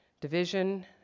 Division